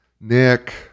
Nick